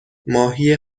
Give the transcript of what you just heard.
ماهی